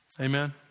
Amen